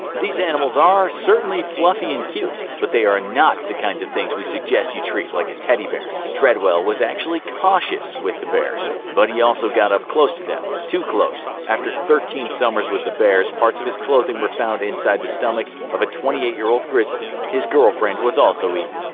these animals are certainly fluffy and cute, but they are not the kind of things we suggest you treat like a teddy bear. treadwell was actually cautious with bears, but he also got up close to them. too close. after thirteen summers with the bears, parts of his clothing were found inside the stomach of a twenty eight year grizzly. his girlfriend was also eaten.